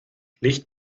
licht